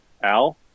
Al